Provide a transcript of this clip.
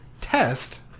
test